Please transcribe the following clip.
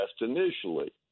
initially